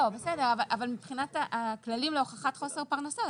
אבל מבחינת הכללים להוכחת חוסר פרנסה,